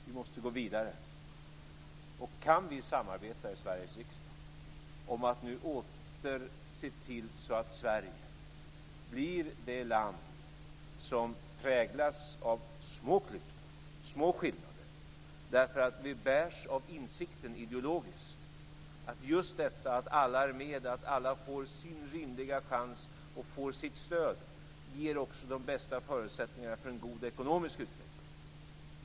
Vi måste gå vidare. Kan vi samarbeta i Sveriges riksdag om att nu åter se till att Sverige blir det land som präglas av små klyftor, små skillnader, därför att vi bärs av insikten ideologiskt att just detta att alla är med och alla får sin rimliga chans och får sitt stöd, ger det de bästa förutsättningarna för en god ekonomisk utveckling.